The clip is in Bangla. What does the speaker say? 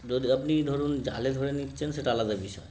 যদি আপনি ধরুন জালে ধরে নিচ্ছেন সেটা আলাদা বিষয়